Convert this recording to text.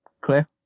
clear